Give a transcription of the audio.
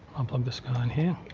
um this guy in here.